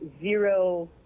zero